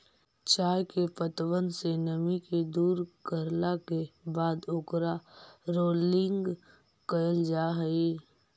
चाय के पत्तबन से नमी के दूर करला के बाद ओकर रोलिंग कयल जा हई